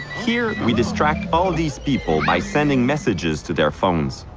here we distract all these people by sending messages to their phones.